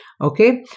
Okay